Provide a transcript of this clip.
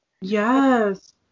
Yes